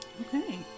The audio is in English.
Okay